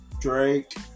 Drake